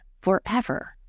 forever